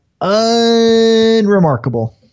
unremarkable